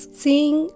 seeing